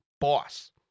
boss